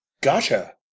Gotcha